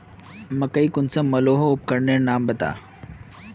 मकई कुंसम मलोहो उपकरनेर नाम बता?